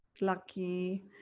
lucky